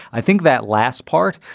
i think that last part,